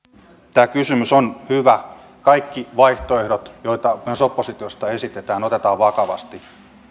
tämä kysymys on hyvä kaikki vaihtoehdot joita myös oppositiosta esitetään otetaan vakavasti